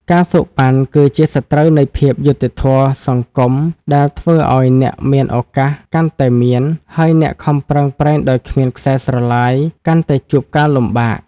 ការសូកប៉ាន់ គឺជាសត្រូវនៃភាពយុត្តិធម៌សង្គម ដែលធ្វើឱ្យអ្នកមានឱកាសកាន់តែមាន ហើយអ្នកខំប្រឹងប្រែងដោយគ្មានខ្សែស្រឡាយកាន់តែជួបការលំបាក។